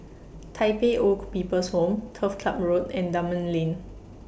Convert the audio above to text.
Tai Pei Old People's Home Turf Ciub Road and Dunman Lane